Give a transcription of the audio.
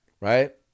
right